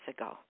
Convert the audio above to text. ago